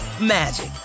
magic